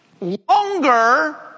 longer